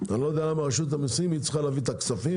לא יודע למה רשות המיסים צריכה להביא את הכספים.